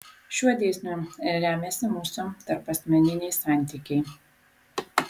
šiuo dėsniu remiasi mūsų tarpasmeniniai santykiai